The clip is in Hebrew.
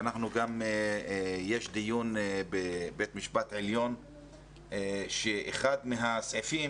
יש דיון בבית המשפט העליון שאחד מהסעיפים